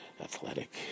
athletic